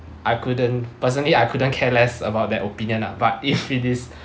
I couldn't personally I couldn't care less about their opinion lah but if it is